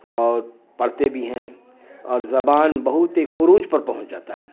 اور پڑھتے بھی ہیں اور زبان بہت ایک عروج پر پہنچ جاتا ہے